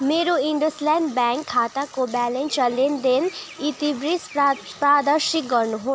मेरो IndusInd bank खाताको balance र लेनदेन इतिवृत्त प्रा प्रदर्शित गर्नुहोस्